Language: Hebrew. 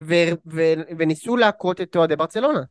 וניסו להכות את אוהדי ברצלונה.